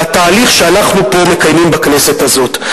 לתהליך שאנחנו פה מקיימים בכנסת הזאת.